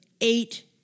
eight